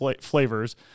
flavors